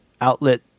outlet